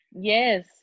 Yes